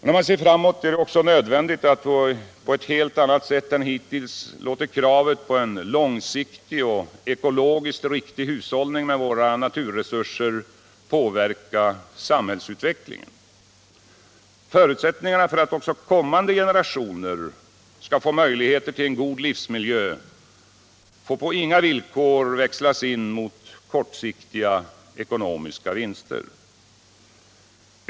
När vi ser framåt är det också nödvändigt att vi på ett helt annat sätt än hittills låter kravet på en långsiktig och ekologiskt riktig hushållning med våra naturresurser påverka samhällsutvecklingen. Förutsättningarna för att även kommande generationer skall få möjligheter till en god livsmiljö får på inga villkor växlas in mot kortsiktiga ekonomiska vinster.